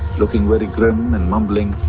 looking very grim and mumbling,